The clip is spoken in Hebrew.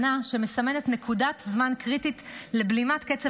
שנה שמסמנת נקודת זמן קריטית לבלימת קצב